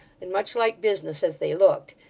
and much like business as they looked,